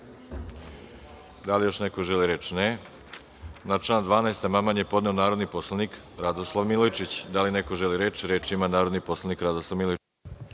li neko želi reč? (Ne.)Na član 32. amandman je podneo narodni poslanik Radoslav Milojičić. Da li neko želi reč? Reč ima narodni poslanik Radoslav Milojičić.